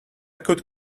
could